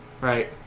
right